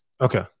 Okay